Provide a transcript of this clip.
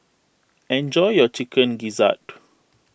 enjoy your Chicken Gizzard